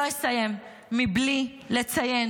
לא אסיים בלי לציין